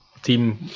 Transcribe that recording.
Team